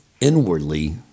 inwardly